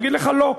יגיד לך: לא,